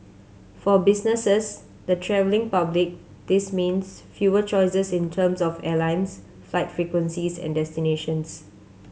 for businesses the travelling public this means fewer choices in terms of airlines flight frequencies and destinations